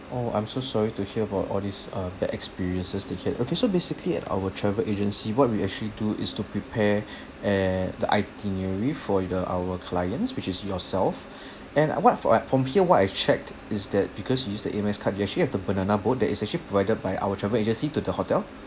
oh I'm so sorry to hear about all these uh bad experiences that you had okay so basically at our travel agency what we actually do is to prepare eh the itinerary for the our clients which is yourself and what for uh from here what I checked is that because you used the amex card you actually have the banana boat that is actually provided by our travel agency to the hotel